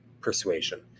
persuasion